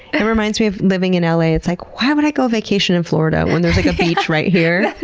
it reminds me of living in l a, it's like, why would i go vacation in florida when there's like a beach right here?